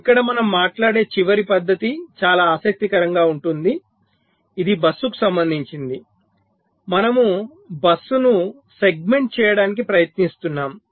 ఇక్కడ మనం మాట్లాడే చివరి పద్ధతి చాలా ఆసక్తికరంగా ఉంటుంది ఇది బస్సుకు సంబంధించినది మనము బస్సును సెగ్మెంట్ చేయడానికి ప్రయత్నిస్తున్నాము